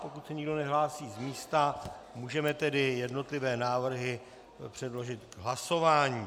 Pokud se nikdo nehlásí z místa, můžeme jednotlivé návrhy předložit k hlasování.